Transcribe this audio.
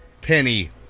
Penny